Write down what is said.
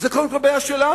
זאת קודם כול בעיה שלנו.